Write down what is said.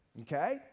okay